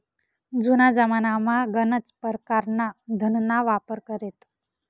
जुना जमानामा गनच परकारना धनना वापर करेत